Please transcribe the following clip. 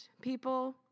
people